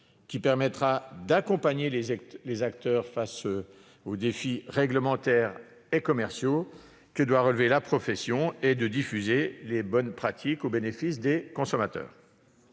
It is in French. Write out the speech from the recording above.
permettant d'accompagner les acteurs face aux défis réglementaires et commerciaux que doit relever la profession et de diffuser les bonnes pratiques au bénéfice des consommateurs.